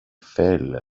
fell